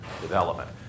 development